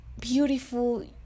beautiful